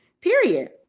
Period